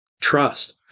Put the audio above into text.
trust